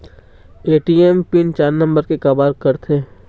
ATM pin चार number के काबर करथे?